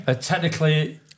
technically